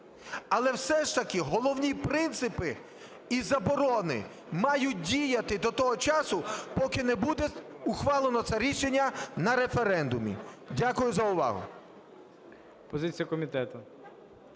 Але все ж таки головні принципи і заборони мають діяти до того часу, поки не буде ухвалено це рішення на референдумі. Дякую за увагу.